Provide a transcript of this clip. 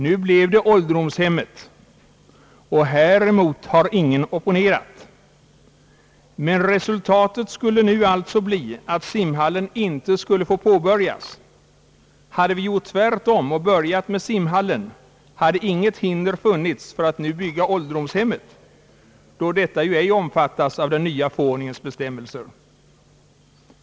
Nu blev det ålderdomshemmet. Häremot har ingen opponerat sig, men resultatet skulle nu alltså bli att simhallen inte skulle få påbörjas. Hade vi gjort tvärtom och börjat med simhallen, hade inga hinder funnits för att nu bygga ålderdomshemmet, eftersom detta ju ej omfattas av den nya förordningens bestämmelser.